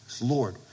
Lord